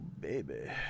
baby